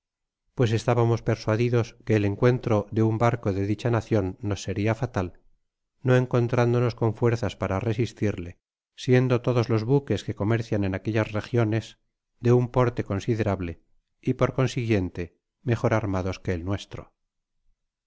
pues estábamos persuadidos que el encuentro de un barco de dicha nacion nos seria fatal no encontrándonos con fuerzas para resistirle siendo todes los buques que comercian en aquellas regiones de un porte coa siderable y por consiguiente mejor armados que el nuestro